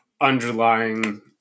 underlying